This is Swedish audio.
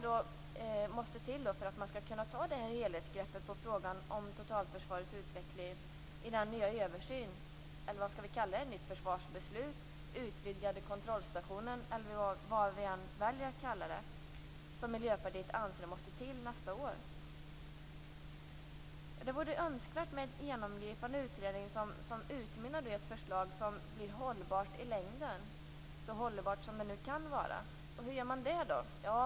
Detta måste till för att man skall kunna ta ett helhetsgrepp på frågan om totalförsvarets utveckling i den nya översyn, det nya försvarsbeslut eller den utvidgade kontrollstation - eller vad vi än väljer att kalla det - som Miljöpartiet anser måste till nästa år. Det vore önskvärt med en genomgripande utredning som utmynnar i ett förslag som blir hållbart i längden - så hållbart som det nu kan vara. Hur gör man det?